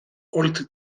old